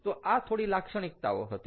તો આ થોડી લાક્ષણિકતાઓ હતી